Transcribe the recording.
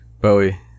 Bowie